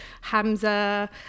Hamza